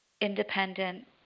independent